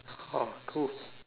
oh cool